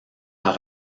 par